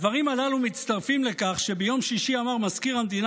הדברים הללו מצטרפים לכך שביום שישי אמר מזכיר המדינה